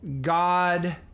God